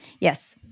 Yes